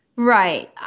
Right